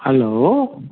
hello